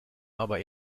aber